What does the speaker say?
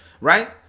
right